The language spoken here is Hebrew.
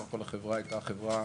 בסך הכול החברה הייתה חברה